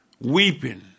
weeping